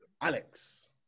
Alex